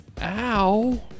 Ow